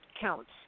counts